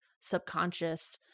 subconscious